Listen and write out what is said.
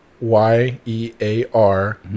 y-e-a-r